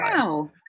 Wow